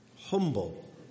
Humble